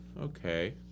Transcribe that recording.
Okay